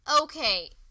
okay